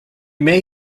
may